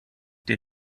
der